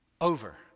over